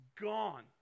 gone